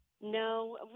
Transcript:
No